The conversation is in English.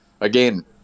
again